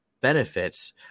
benefits